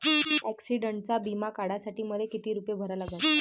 ॲक्सिडंटचा बिमा काढा साठी मले किती रूपे भरा लागन?